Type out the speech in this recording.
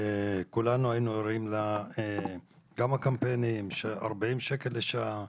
כולנו היינו ערים גם לקמפיינים של 40 שקל לשעה.